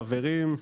חברים,